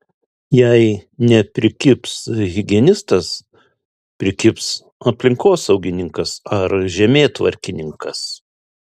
jei neprikibs higienistas prikibs aplinkosaugininkas ar žemėtvarkininkas